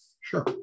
Sure